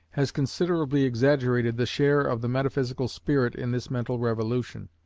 has considerably exaggerated the share of the metaphysical spirit in this mental revolution,